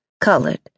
Colored